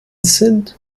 sind